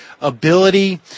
ability